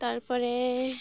ᱛᱟᱨᱯᱚᱨᱮ